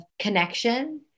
connection